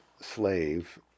slave